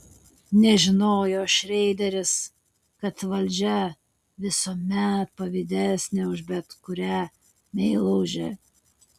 nežinojo šreideris kad valdžia visuomet pavydesnė už bet kurią meilužę